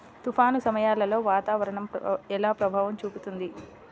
తుఫాను సమయాలలో వాతావరణం ఎలా ప్రభావం చూపుతుంది?